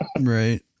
Right